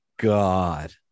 God